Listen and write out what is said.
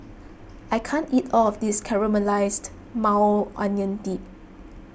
I can't eat all of this Caramelized Maui Onion Dip